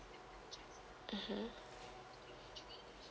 mmhmm